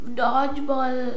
dodgeball